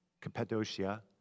Cappadocia